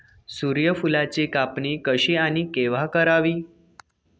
सूर्यफुलाची कापणी कशी आणि केव्हा करावी?